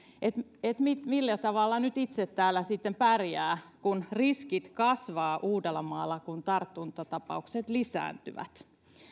on se millä tavalla nyt itse täällä sitten pärjää kun riskit kasvavat uudellamaalla kun tartuntatapaukset lisääntyvät